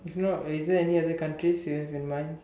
if not is there any other countries you have in mind